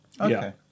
okay